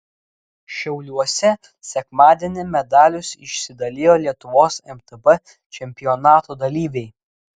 šiauliuose sekmadienį medalius išsidalijo lietuvos mtb čempionato dalyviai